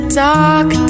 dark